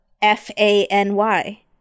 F-A-N-Y